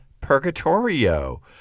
Purgatorio